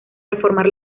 reformar